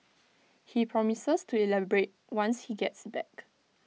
he promises to elaborate once he gets back